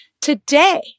today